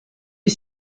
est